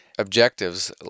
Objectives